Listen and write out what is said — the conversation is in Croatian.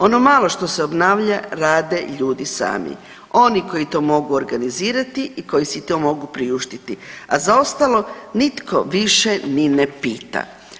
Ono malo što se obnavlja rade ljudi sami, oni koji to mogu organizirati i koji si to mogu priuštiti, a za ostalo nitko više ni ne pita.